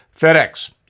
FedEx